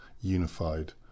unified